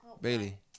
Bailey